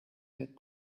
had